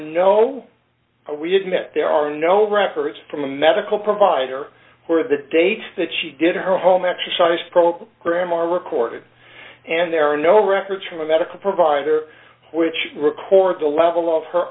no there are no records from a medical provider where the dates that she did her home exercise program are recorded and there are no records from a medical provider which records the level of her